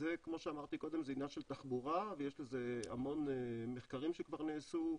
זה עניין של תחבורה ויש על זה המון מחקרים שכבר נעשו,